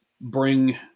bring